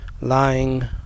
lying